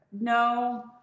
No